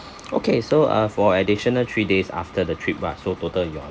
okay so uh for additional three days after the trip lah so total your